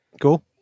Cool